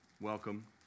welcome